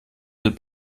wird